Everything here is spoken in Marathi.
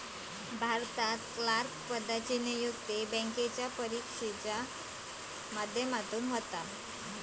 भारतात क्लर्क पदासाठी नियुक्ती बॅन्केच्या परिक्षेच्या माध्यमातना होता